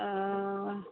ओ